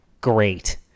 Great